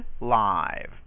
live